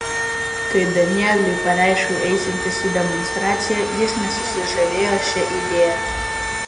kai danieliui pareiškiau eisiantis į demonstraciją jis nesusižavėjo šia idėja